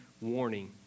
warning